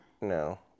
No